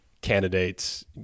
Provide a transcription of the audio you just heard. candidates